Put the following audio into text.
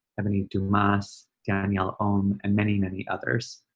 ebony dumas, daniel own and many, many others.